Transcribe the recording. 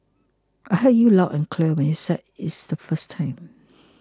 I heard you loud and clear when you said it's the first time